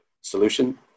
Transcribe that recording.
solution